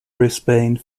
brisbane